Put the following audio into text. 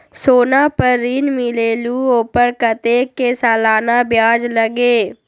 सोना पर ऋण मिलेलु ओपर कतेक के सालाना ब्याज लगे?